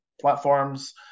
platforms